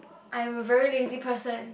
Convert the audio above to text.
I'm a very lazy person